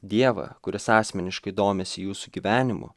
dievą kuris asmeniškai domisi jūsų gyvenimu